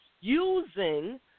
using